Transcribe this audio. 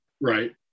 right